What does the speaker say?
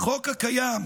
החוק הקיים,